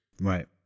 Right